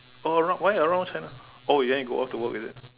or around why around China~ oh you want to go off to work is it